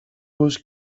was